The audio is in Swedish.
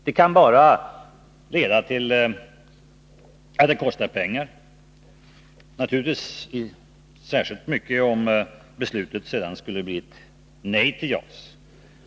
Det kan bara leda till att det kostar pengar — naturligtvis särskilt mycket pengar om beslutet skulle bli ett nej till JAS.